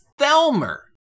Thelmer